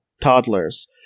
toddlers